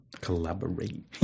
Collaborate